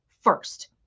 first